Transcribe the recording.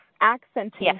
accenting